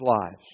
lives